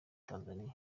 tanzania